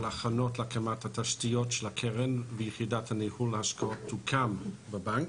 על הכנות להקמת התשתיות של הקרן ויחידת הניהול של ההשקעות תוקם בבנק.